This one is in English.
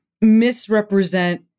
misrepresent